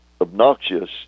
obnoxious